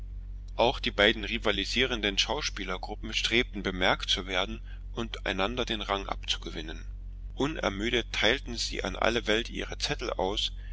auch die beiden rivalisierenden schauspielertruppen strebten bemerkt zu werden und einander den rang abzugewinnen unermüdet teilten sie an alle welt ihre zettel aus